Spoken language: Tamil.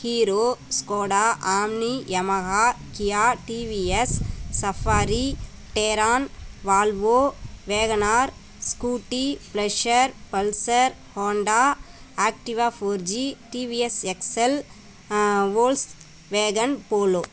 hero Skoda Omni Yamaha Kia TVS Safari Terrano Volvo WagonR Scooty Pleasure Pulsar Honda Activa four G TVS XL Volkswagen polo